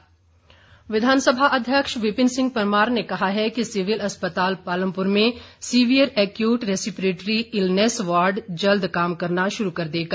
विपिन परमार विधानसभा अध्यक्ष विपिन सिंह परमार ने कहा है कि सिविल अस्पताल पालमपुर में severe acute respiratory illness ward जल्द काम करना शुरू कर देगा